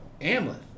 Amleth